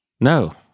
No